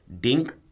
dink